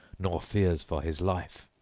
nor fears for his life!